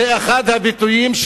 זה אחד הביטויים,